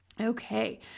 Okay